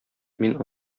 мин